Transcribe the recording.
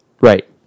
Right